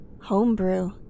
Homebrew